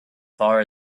far